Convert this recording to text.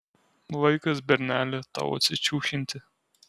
laikas berneli tau atsičiūchinti